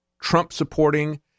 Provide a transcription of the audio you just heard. Trump-supporting